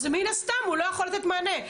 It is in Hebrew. אז מן הסתם הוא לא יכול לתת מענה.